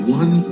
one